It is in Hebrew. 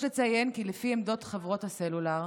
יש לציין כי לפי עמדות חברות הסלולר,